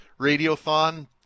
radiothon